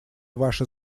ваши